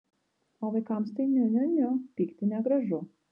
o vaikams tai niu niu niu pykti negražu